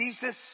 Jesus